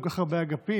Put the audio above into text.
כל כך הרבה אגפים,